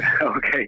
okay